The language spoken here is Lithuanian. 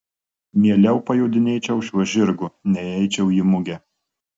mieliau pajodinėčiau šiuo žirgu nei eičiau į mugę